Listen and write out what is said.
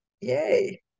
Yay